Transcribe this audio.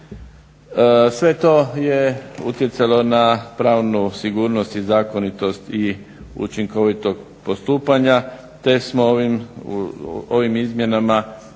Sve to je utjecalo na pravnu sigurnost i zakonitost učinkovitog postupanja te smo ovim izmjenama došli